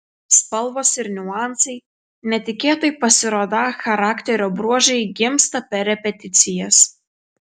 spalvos ir niuansai netikėtai pasirodą charakterio bruožai gimsta per repeticijas